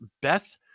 Beth